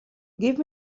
give